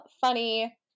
funny